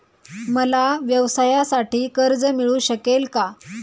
मला व्यवसायासाठी कर्ज मिळू शकेल का?